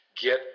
Get